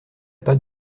pas